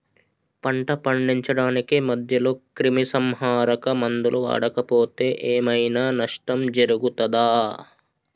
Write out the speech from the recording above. పంట పండించడానికి మధ్యలో క్రిమిసంహరక మందులు వాడకపోతే ఏం ఐనా నష్టం జరుగుతదా?